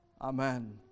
Amen